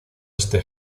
este